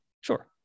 sure